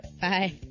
Bye